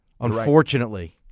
unfortunately